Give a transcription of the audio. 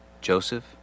Joseph